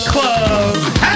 Club